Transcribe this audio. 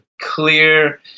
clear